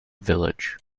village